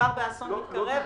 שמדובר באסון מתקרב.